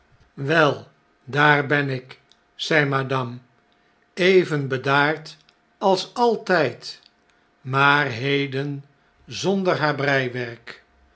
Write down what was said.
wel daar hen ik zei madame even bedaard als altijd maar heden zonder haar breiwerk